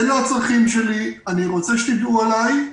אלו הצרכים שלי, אני רוצה שתדעו עליי,